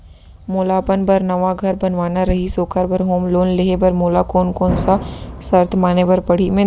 मोला अपन बर नवा घर बनवाना रहिस ओखर बर होम लोन लेहे बर मोला कोन कोन सा शर्त माने बर पड़ही?